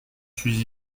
suis